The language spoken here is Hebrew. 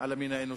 עם המין האנושי.